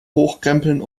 hochkrempeln